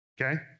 Okay